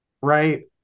right